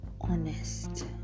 honest